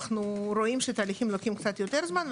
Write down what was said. אנחנו רואים שתהליכים לוקחים קצת יותר זמן.